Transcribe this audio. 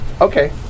Okay